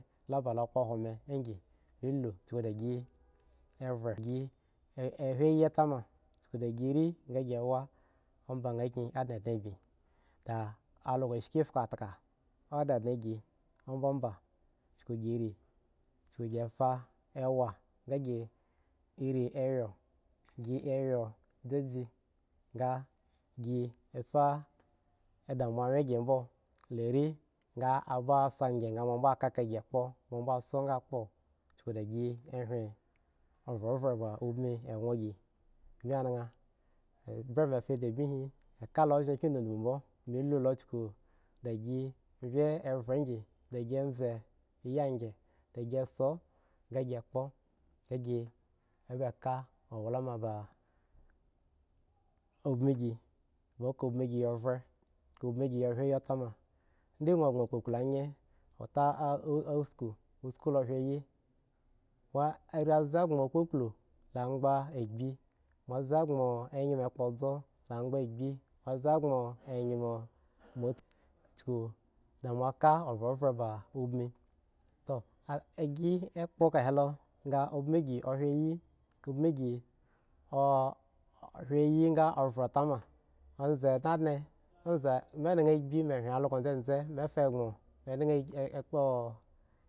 La ba lo kpohwo me agi elu chuku dagi evhen. gi ahuse ayi tama gi rii nga gi wa omba nha kyin a dnadne bi ki also shiki fadka ondnadne gi ombaba chuku gi rii chuku fa awa nga chuku gi irii yun dasi ayun dzedze nga gi e fa edn moawyen gi mbo la rii nga aba so angyen nga moa mbo ka eka gi kpo mmoa mo song akpo shuku dagi hwen ovhovho ba ubin eggon gi bmi anaŋ, ebwre me ta dime hi, eka lo ozhen kiyin ndindmu mbo me lu lo uchuku da si mvye evhe ngyin dagi mbze yi anagyen dagi so nga gi kpo nga gi eba ka owla ma ba ubin gi eka ubin gi ya vhe. ka ubin abwin ayi tama ndi gŋo gboŋ kpukply anye ota u usku, usku lo ahwen ayi moae are mbze gboŋ kpuplu la agban agbi moa mbze bnoŋ enyme kpotso la angban agbi moa mbze gboŋ enyemo moa tpu chuku da moa ka ovhehen ba ubin oh agi e epo kahe lo nga ubin gi ahwen ayi ubin gi ahwen nga ovhe tama mbze dnadne mbze moa nha agbi me hwin algo dzedze me fa gboŋ me naha k kpo.